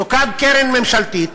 תוקם קרן ממשלתית